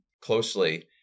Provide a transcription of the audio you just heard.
closely